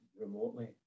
remotely